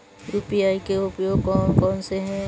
UPI के उपयोग कौन कौन से हैं?